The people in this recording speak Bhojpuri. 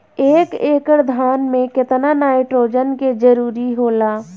एक एकड़ धान मे केतना नाइट्रोजन के जरूरी होला?